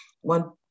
One